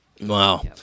Wow